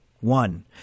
one